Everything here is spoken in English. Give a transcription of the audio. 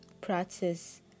practice